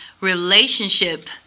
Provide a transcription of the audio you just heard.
relationship